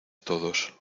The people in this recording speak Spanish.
todos